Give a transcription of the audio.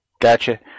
Gotcha